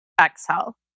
exhale